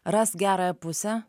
ras gerąją pusę